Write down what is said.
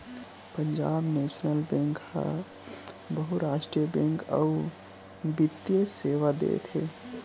Punjab national bank ह बहुरास्टीय banking अउ बित्तीय सेवा देथे